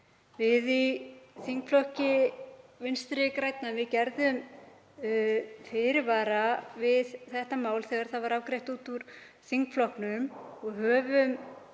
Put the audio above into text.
Við í þingflokki Vinstri grænna gerðum fyrirvara við þetta mál þegar það var afgreitt út úr þingflokknum og höfum